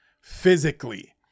physically